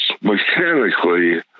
mechanically